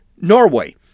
Norway